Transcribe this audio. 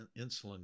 insulin